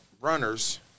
runners